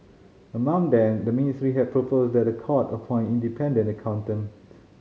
among them the ministry had proposed that the court appoint independent accountant